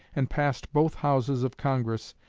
and passed both houses of congress,